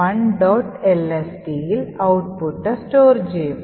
lst ൽ output store ചെയ്യും